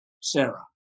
Sarah